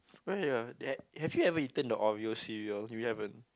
ya ya ya have have you ever eaten the Oreo cereal if you haven't